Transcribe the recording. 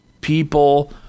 people